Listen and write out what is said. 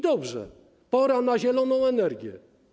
Dobrze, pora na zieloną energię.